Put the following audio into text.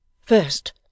First